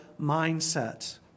mindset